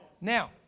Now